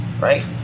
Right